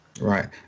Right